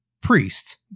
priest